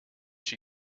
she